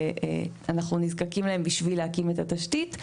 אנחנו נזקקים להם בשביל להקים את התשתית.